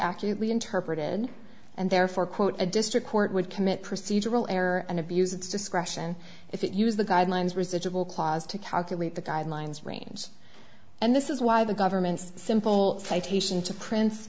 accurately interpreted and therefore quote a district court would commit procedural error and abuse its discretion if it used the guidelines residual clause to calculate the guidelines range and this is why the government's simple citation to prince